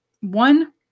one